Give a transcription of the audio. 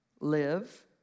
live